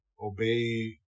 obey